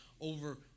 over